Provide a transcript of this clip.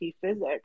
physics